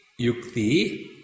Yukti